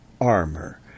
armor